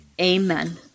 Amen